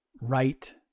right